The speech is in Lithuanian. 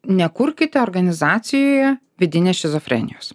nekurkite organizacijoje vidinės šizofrenijos